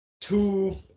two